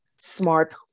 smart